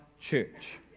church